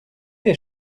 des